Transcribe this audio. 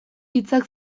hitzak